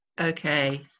okay